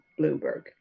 Bloomberg